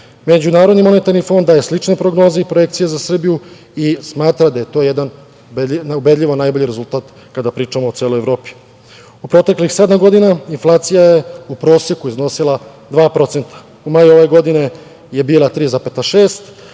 region.Međunarodni monetarni fond daje sličnu prognozu i projekcije za Srbiju i smatra da je to jedan ubedljivo najbolji rezultat kada pričamo o celoj Evropi. U proteklih sedam godina inflacija je u proseku iznosila 2%. U maju ove godine je bila 3,6%,